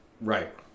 Right